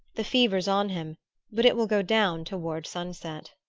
the fever's on him but it will go down toward sunset.